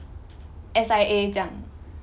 S_I_A 这样